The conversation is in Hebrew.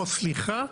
או סליחה,